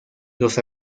los